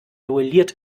duelliert